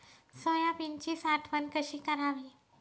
सोयाबीनची साठवण कशी करावी?